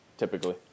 Typically